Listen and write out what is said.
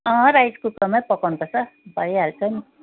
अँ राइस कुकरमै पकाउनुपर्छ भइहाल्छ नि